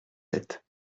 sept